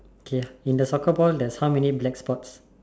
okay in the soccer ball there's how many black spots